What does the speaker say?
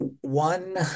one